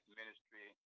Ministry